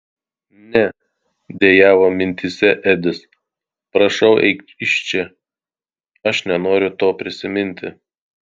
ne dejavo mintyse edis prašau eik iš čia aš nenoriu to prisiminti